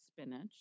spinach